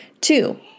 Two